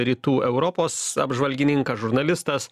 rytų europos apžvalgininkas žurnalistas